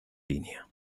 línea